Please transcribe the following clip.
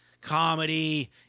comedy